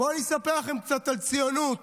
בואו ואספר לכם קצת על ציונות